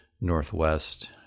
northwest